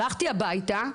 הלכתי הביתה,